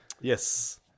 Yes